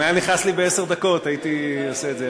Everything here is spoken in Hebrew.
אם היה נכנס לי בעשר דקות הייתי עושה את זה,